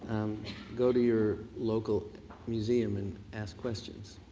go to your local museum and ask questions.